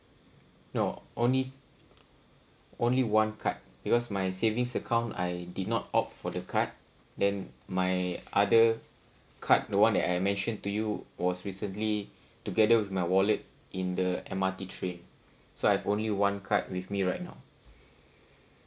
no only only one card because my savings account I did not opt for the card then my other card the one that I mentioned to you was recently together with my wallet in the M_R_T train so I've only one card with me right now